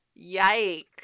Yikes